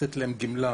ולתת להם גמלה,